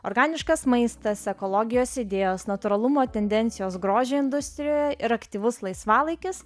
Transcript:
organiškas maistas ekologijos idėjos natūralumo tendencijos grožio industrijoje ir aktyvus laisvalaikis